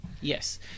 Yes